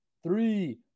Three